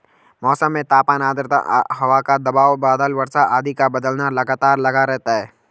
मौसम में तापमान आद्रता हवा का दबाव बादल वर्षा आदि का बदलना लगातार लगा रहता है